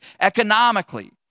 economically